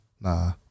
Nah